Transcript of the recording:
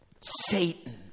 Satan